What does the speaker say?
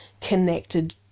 connected